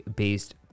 based